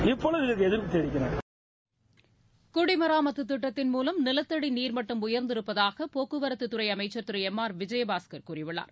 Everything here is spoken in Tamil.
இப்போது எதிர்ப்பு செய்கிறார்கள் குடிமராமத்து திட்டத்தின் மூலம் நிலத்தடி நீர் மட்டம் உயர்ந்திருப்பதாக போக்குவரத்து துறை அமைச்சர் திரு எம் ஆர் விஜயபாஸ்கர் கூறியுள்ளார்